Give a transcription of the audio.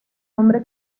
hombre